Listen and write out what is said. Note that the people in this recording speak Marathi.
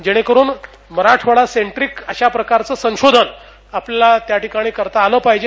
जेणे करून मराठवाडा सेंटिक अशा प्रकारचं संशोधन आपल्याला त्या ठिकाणी करता आलं पाहिजे